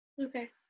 Okay